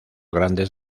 grandes